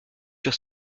sur